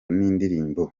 n’indirimbo